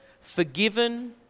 Forgiven